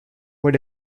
were